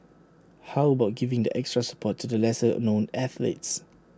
how about giving that extra support to the lesser known athletes